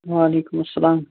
وَعلیکُم اَسَلام